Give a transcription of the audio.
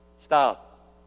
Stop